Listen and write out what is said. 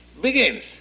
begins